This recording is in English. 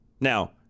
Now